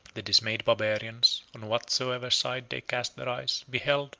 the dismayed barbarians, on whatsoever side they cast their eyes, beheld,